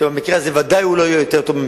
שבמקרה הזה ודאי לא יהיה יותר טוב,